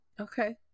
Okay